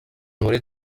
muri